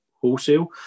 wholesale